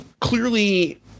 Clearly